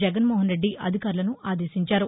జగన్మోహన్రెడ్ది అధికారులను ఆదేశించారు